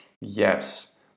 Yes